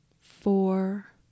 Four